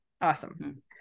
Awesome